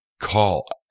Call